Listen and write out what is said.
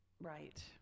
Right